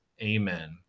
Amen